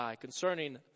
concerning